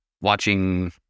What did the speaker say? watching